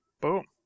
Boom